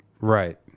Right